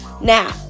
now